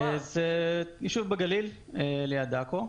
ישוב בגליל ליד עכו.